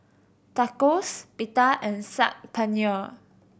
Tacos Pita and Saag Paneer